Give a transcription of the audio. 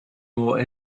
more